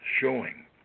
showing